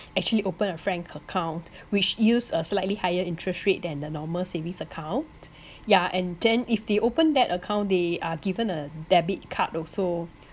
actually open a frank account which use a slightly higher interest rate than the normal savings account yeah and then if they open that account they are given a debit card also